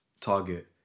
target